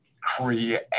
create